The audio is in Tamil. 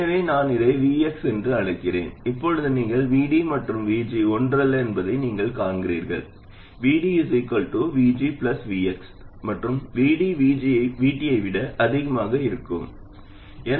எனவே நான் இதை Vx என்று அழைக்கிறேன் இப்போது நீங்கள் VD மற்றும் VG ஒன்றல்ல என்பதை நீங்கள் காண்கிறீர்கள் VD VG Vx மற்றும் VD VG VT ஐ விட அதிகமாக இருக்க வேண்டும்